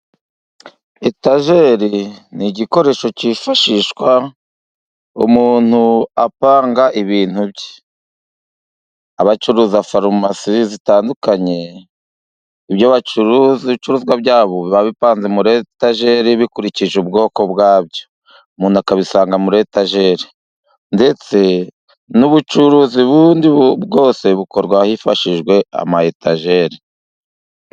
Etajeri ni igikoresho cyifashishwa umuntu apanga ibintu bye, abacuruza farumasi zitandukanye ibyo bacuruza, ibicuruzwa byabo biba bipanze muri etajeri bikurikije ubwoko bwabyo, umuntu akabisanga muri etajeri ndetse n'ubucuruzi bundi bwose bukorwa hifashishijwe ama etajeri.